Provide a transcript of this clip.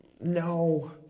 No